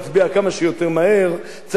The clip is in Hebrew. צריך להעביר את זה בשלושה קריאות עכשיו,